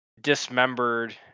dismembered